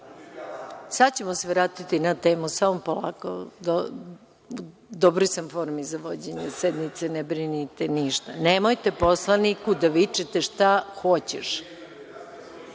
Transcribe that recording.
ćemo se vratiti na temu, samo polako. U dobroj sam formi za vođenje sednice, ne brinite ništa. Nemojte poslaniku da vičete – šta hoćeš.(Saša